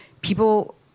people